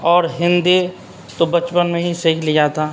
اور ہندی تو بچپن میں ہی سیکھ لیا تھا